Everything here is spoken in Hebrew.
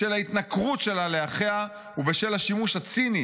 בשל ההתנכרות שלה לאחיה ובשל השימוש הציני